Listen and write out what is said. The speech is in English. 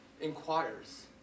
inquires